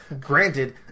Granted